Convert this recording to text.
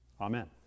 amen